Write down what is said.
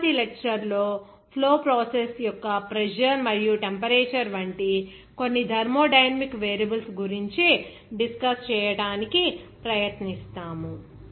తరువాతి లెక్చర్ లో flow processes యొక్క ప్రెజర్ మరియు టెంపరేచర్ వంటి కొన్ని థర్మోడైనమిక్ వేరియబుల్స్ గురించి డిస్కస్ చేయడానికి ప్రయత్నిస్తాము